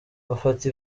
bafata